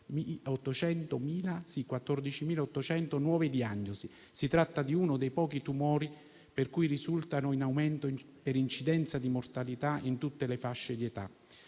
nuove diagnosi. Si tratta di uno dei pochi tumori che risulta in aumento per incidenza di mortalità in tutte le fasce di età.